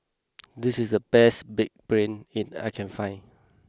this is the best big brain it I can find